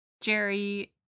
Jerry